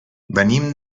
venim